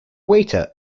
waiter